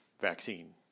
vaccine